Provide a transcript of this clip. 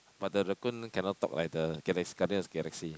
but the raccoon cannot talk like the Galax~ Guardian or Galaxy